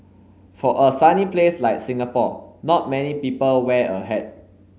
for a sunny place like Singapore not many people wear a hat